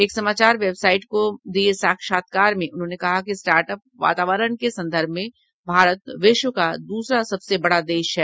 एक समाचार वेबसाइट को दिए साक्षात्कार में उन्होंने कहा कि स्टार्ट अप वातावरण के संदर्भ में भारत विश्व का दूसरा सबसे बड़ा देश है